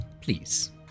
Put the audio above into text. please